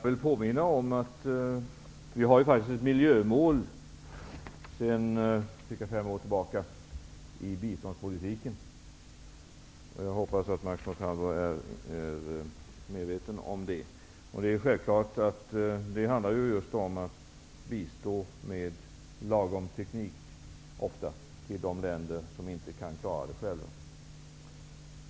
Fru talman! Jag vill påminna om att vi sedan cirka fem år tillbaka har ett miljömål i biståndspolitiken. Jag hoppas att Max Montalvo är medveten om det. Det är självklart att det just handlar om att bistå de länder som inte kan klara detta själva med lagom teknik.